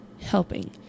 helping